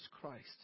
Christ